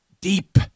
deep